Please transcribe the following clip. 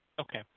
Okay